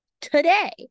today